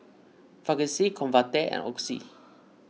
Vagisil Convatec and Oxy